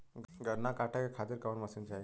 गन्ना कांटेके खातीर कवन मशीन चाही?